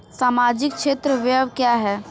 सामाजिक क्षेत्र व्यय क्या है?